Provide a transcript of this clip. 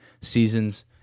seasons